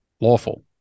lawful